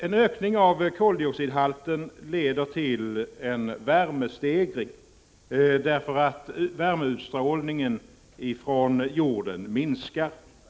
En ökning av koldioxidhalten leder till en värmestegring därför att värmeutstrålningen från jorden minskar.